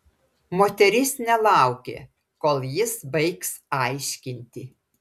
moteris nelaukė kol jis baigs aiškinti